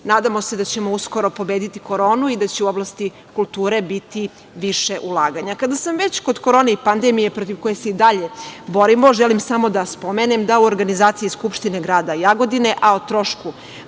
Nadamo se da ćemo uskoro pobediti koronu i da će u oblasti kulture biti više ulaganja. Kada sam već kod korone i pandemije protiv koje se i dalje borimo, želim samo da spomenem da u organizaciji Skupštine grada Jagodine, a o trošku